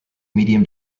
medium